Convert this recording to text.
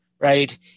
right